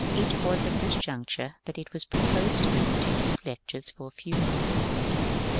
it was at this juncture that it was proposed to me to give lectures for a few months in england.